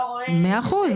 אבל מעבר לזה מיכאלה.